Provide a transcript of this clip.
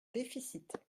déficit